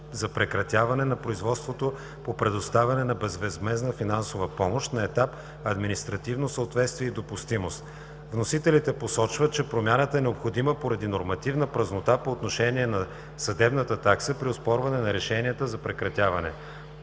за прекратяване на производството по предоставяне на безвъзмездна финансова помощ на етап административно съответствие и допустимост. Вносителите посочват, че промяната е необходима поради нормативна празнота по отношение на съдебната такса при оспорване на решенията за прекратяване.